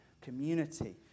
community